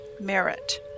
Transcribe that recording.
merit